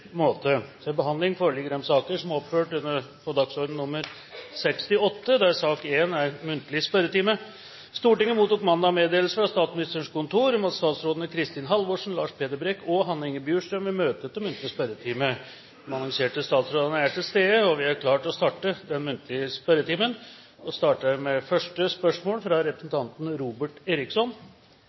måte. Stortinget mottok mandag meddelelse fra Statsministerens kontor om at statsrådene Kristin Halvorsen, Lars Peder Brekk og Hanne Inger Bjurstrøm vil møte til muntlig spørretime. De annonserte statsrådene er til stede, og vi er klare til å starte den muntlige spørretimen. Vi starter med første hovedspørsmål, fra representanten Robert Eriksson.